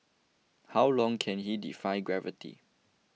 how long can he defy gravity